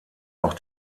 auch